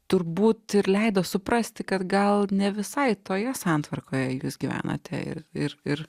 turbūt ir leido suprasti kad gal ne visai toje santvarkoje jūs gyvenate ir ir ir